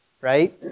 Right